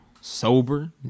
Sober